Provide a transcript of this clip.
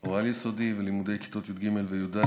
או על-יסודי ולימודי כיתות י"ג וי"ד